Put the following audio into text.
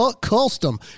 Custom